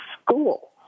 school